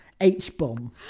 H-bomb